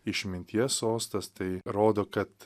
išminties sostas tai rodo kad